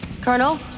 Colonel